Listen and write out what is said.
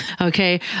Okay